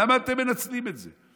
למה אתם מנצלים את זה?